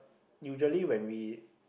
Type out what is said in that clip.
usually when we